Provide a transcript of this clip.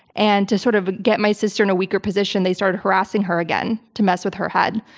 and to sort of get my sister in a weaker position, they started harassing her again to mess with her head.